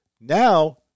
Now